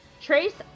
Trace